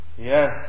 Yes